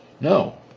No